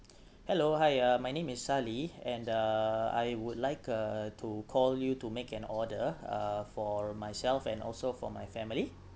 hello hi uh my name is ali and uh I would like uh to call you to make an order uh for myself and also for my family